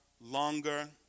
longer